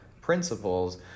principles